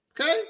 Okay